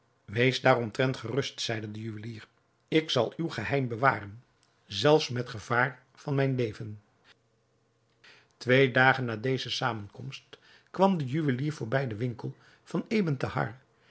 wees daaromtrent gerust zeide de juwelier ik zal uw geheim bewaren zelfs met gevaar van mijn leven twee dagen na deze zamenkomst kwam de juwelier voorbij den winkel van ebn thahar